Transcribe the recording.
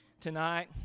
tonight